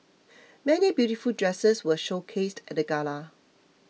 many beautiful dresses were showcased at the gala